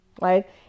right